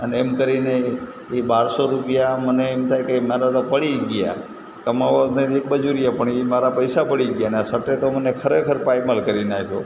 અને એમ કરીને એ બારસો રૂપિયા મને એમ થાય કે મારા તો પડી ગયા કમાવવા ને એક બાજુ રહ્યાં પણ એ મારા પૈસા પડી ગયા અને આ શર્ટે તો મને ખરેખર પાયમાલ કરી નાખ્યો